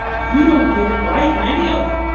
you don't get it right in any of